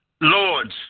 Lords